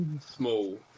small